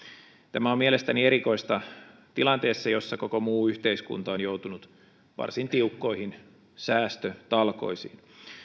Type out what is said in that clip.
tämä on mielestäni erikoista tilanteessa jossa koko muu yhteiskunta on joutunut varsin tiukkoihin säästötalkoisiin